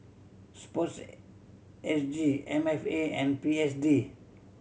Sports S G M F A and P S D